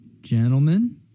Gentlemen